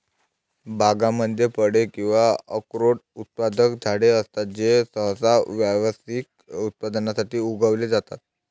बागांमध्ये फळे किंवा अक्रोड उत्पादक झाडे असतात जे सहसा व्यावसायिक उत्पादनासाठी उगवले जातात